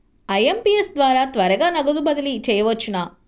IMPS ద్వారా త్వరగా నగదు బదిలీ చేయవచ్చునా?